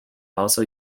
also